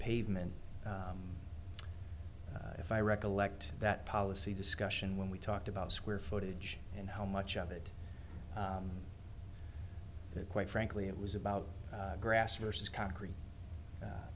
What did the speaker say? pavement if i recollect that policy discussion when we talked about square footage and how much of it quite frankly it was about grass versus concrete